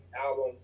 album